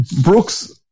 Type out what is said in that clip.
Brooks